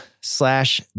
slash